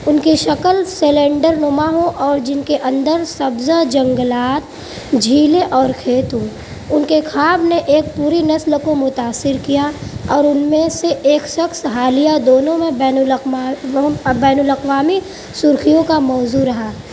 ان کی شکل سلینڈر نما ہو اور جن کے اندر سبزہ جنگلات جھیلیں اور کھیت ہوں ان کے خواب نے ایک پوری نسل کو متأثر کیا اور ان میں سے ایک شخص حالیہ دونوں میں بین الاقما بین الاقوامی سرخیوں کا موضوع رہا